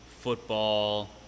football